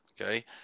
Okay